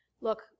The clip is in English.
look